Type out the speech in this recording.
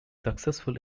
successful